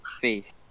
face